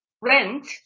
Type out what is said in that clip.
rent